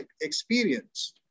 experience